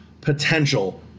potential